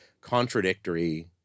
contradictory